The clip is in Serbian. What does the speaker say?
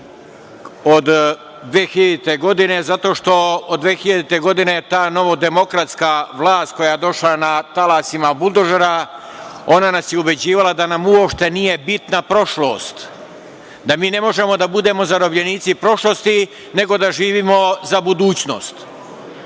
od 2000. godine zato što od 2000. godine ta novodemokratska vlast koja je došla na talasima buldožera, ona nas je ubeđivala da nam uopšte nije bitna prošlost, da mi ne možemo da budemo zarobljenici prošlosti, nego da živimo za budućnost.